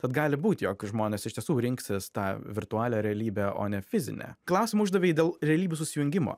tad gali būt jog žmonės iš tiesų rinksis tą virtualią realybę o ne fizinę klausimą uždavei dėl realybių susijungimo